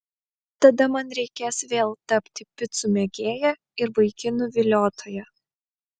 tada man reikės vėl tapti picų mėgėja ir vaikinų viliotoja